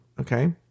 Okay